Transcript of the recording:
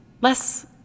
Less